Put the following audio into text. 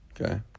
Okay